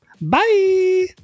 Bye